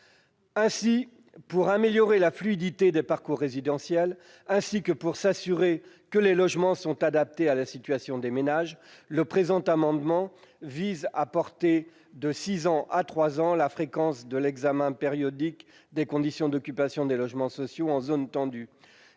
pourquoi, pour améliorer la fluidité des parcours résidentiels, ainsi que pour s'assurer que les logements sont adaptés à la situation des ménages, le présent amendement vise à porter de six ans à trois ans la fréquence de l'examen périodique des conditions d'occupation des logements sociaux en zone tendue.